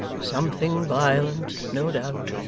something violent, no doubt